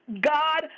God